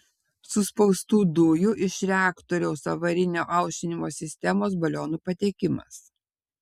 suspaustų dujų iš reaktoriaus avarinio aušinimo sistemos balionų patekimas